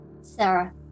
Sarah